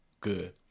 good